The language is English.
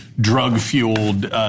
drug-fueled